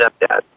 stepdad